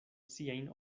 siajn